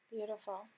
Beautiful